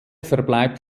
verbleibt